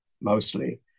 mostly